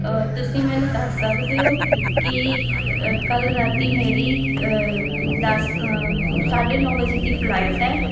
ਤੁਸੀਂ ਮੈਨੂੰ ਦੱਸ ਸਕਦੇ ਹੋ ਕਿ ਕੱਲ੍ਹ ਰਾਤੀ ਮੇਰੀ ਦਸ ਸਾਢੇ ਨੌ ਵਜੇ ਦੀ ਫਲਾਈਟ ਹੈ